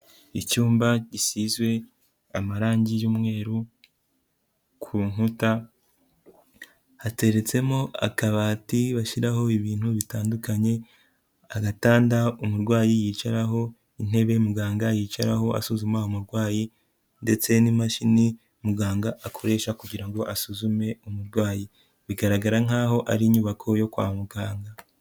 Icyumba gisizwe amarangi y'umweru ku nkuta, hateretsemo akabati bashyiraho ibintu bitandukanye, agatanda umurwayi yicaraho, intebe muganga yicaraho asuzuma umurwayi ndetse n'imashini umuganga akoresha kugira ngo asuzume umurwayi, bigaragara nkaho ari inyubako yo kwa muganga.